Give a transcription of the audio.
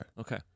Okay